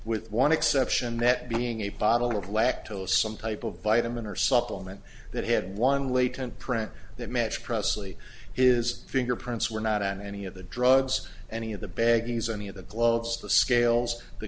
with one exception that being a bottle of lactose some type of vitamin or supplement that had one latent print that matched pressley is fingerprints were not on any of the drugs any of the baggies any of the gloves the scales the